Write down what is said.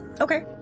Okay